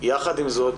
יחד עם זאת